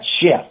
shift